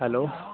hello